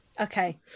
okay